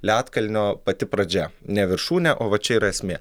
ledkalnio pati pradžia ne viršūnė o va čia yra esmė